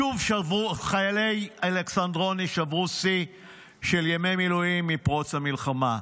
שוב חיילי אלכסנדרוני שברו שיא של ימי מילואים מפרוץ המלחמה.